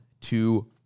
two